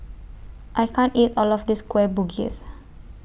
I can't eat All of This Kueh Bugis